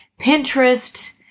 Pinterest